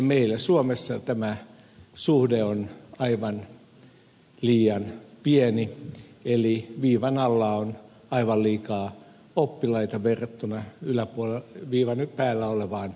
meillä suomessa tämä suhde on aivan liian pieni eli viivan alla on aivan liikaa oppilaita verrattuna viivan päällä olevaan opettajien määrään